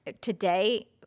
today